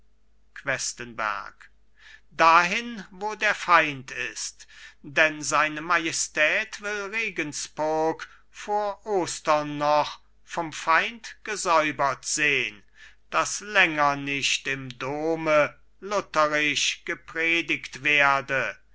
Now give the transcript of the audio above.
questenberg dahin wo der feind ist denn seine majestät will regenspurg vor ostern noch vom feind gesäubert sehn daß länger nicht im dome lutherisch gepredigt werde